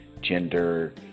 gender